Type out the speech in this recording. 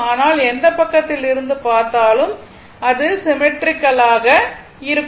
ஆனால் எந்தப் பக்கத்தில் இருந்து பார்த்தாலும் அது சிமெட்ரிக்கல் ஆக இருக்கும்